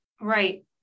Right